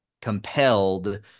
compelled